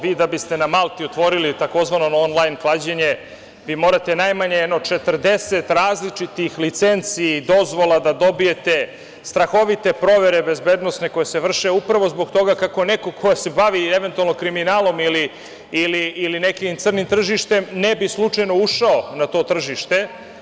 Vi da biste na Malti otvorili tzv. onlajn klađenje vi morate najmanje 40 različitih licenci, dozvola da dobijete, strahovite provere bezbednosne koje se vrše, upravo zbog toga kako neko ko se bavi, eventualno kriminalom ili nekim crnim tržištem ne bi slučajno ušao na to tržište.